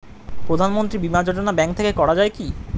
প্রধানমন্ত্রী বিমা যোজনা ব্যাংক থেকে করা যায় কি?